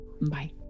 Bye